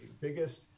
biggest